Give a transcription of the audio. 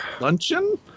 luncheon